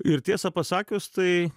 ir tiesą pasakius tai